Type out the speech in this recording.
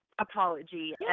apology